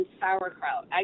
sauerkraut